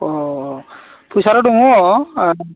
अ फैसायाथ' दङ आ